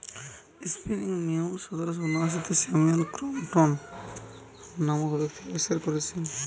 spinning mule সতেরশ ঊনআশিতে Samuel Crompton নামক ব্যক্তি আবিষ্কার কোরেছে